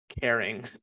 Caring